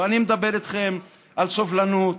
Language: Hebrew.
ואני מדבר איתכם על סובלנות,